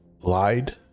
lied